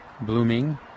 blooming